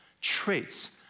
traits